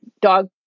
dog